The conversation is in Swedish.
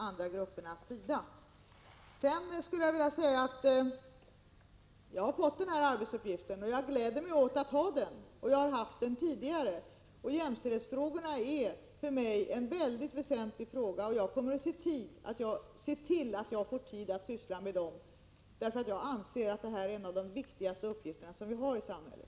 Sedan kan jag säga att jag gläder mig åt att ha fått den här arbetsuppgiften; den har jag haft tidigare. Jämställdhetsfrågorna är för mig väsentliga frågor. Jag kommer att se till att jag får tid att syssla med dem, därför att jag anser att de är bland de viktigaste uppgifter vi har i samhället.